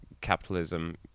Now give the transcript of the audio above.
capitalism